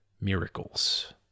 miracles